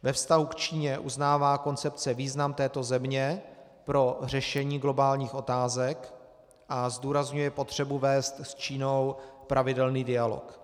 Ve vztahu k Číně uznává koncepce význam této země pro řešení globálních otázek a zdůrazňuje potřebu vést s Čínou pravidelný dialog.